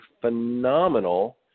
phenomenal